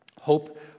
hope